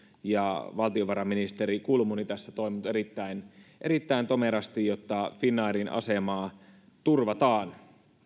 ja valtiovarainministeri kulmuni on tässä toiminut erittäin erittäin tomerasti jotta finnairin asemaa turvataan